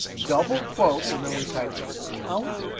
double quotes, and then we type count,